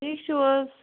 ٹھیٖک چھِو حظ